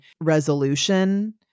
resolution